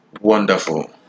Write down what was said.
wonderful